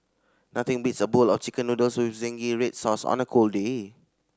nothing beats a bowl of Chicken Noodles with zingy red sauce on a cold day